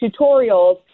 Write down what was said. tutorials